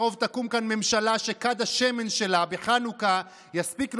בקרוב תקום פה ממשלה שכד השמן שלה בחנוכה יספיק,